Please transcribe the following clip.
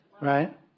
right